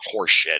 horseshit